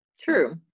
True